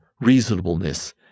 reasonableness